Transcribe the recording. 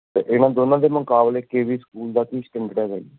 ਅਤੇ ਇਹਨਾਂ ਦੋਨਾਂ ਦੇ ਮੁਕਾਬਲੇ ਕੇ ਵੀ ਸਕੂਲ ਦਾ ਕੀ ਸਟੈਂਡਡ ਹੈਗਾ ਜੀ